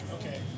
okay